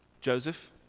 Joseph